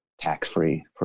tax-free